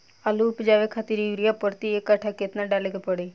आलू उपजावे खातिर यूरिया प्रति एक कट्ठा केतना डाले के पड़ी?